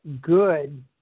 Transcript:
good